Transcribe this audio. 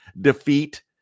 defeat